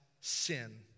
sin